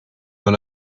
dans